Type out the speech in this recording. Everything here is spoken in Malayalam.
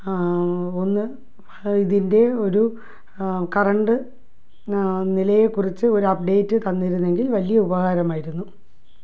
ഒന്ന് ഇതിൻ്റെ ഒരു കറണ്ട് നിലയെക്കുറിച്ച് ഒരു അപ്ഡേറ്റ് തന്നിരുന്നെങ്കിൽ വലിയ ഉപകാരമായിരുന്നു